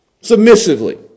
Submissively